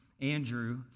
Andrew